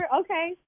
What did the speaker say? Okay